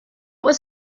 was